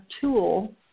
tool